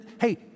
hey